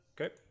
okay